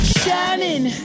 shining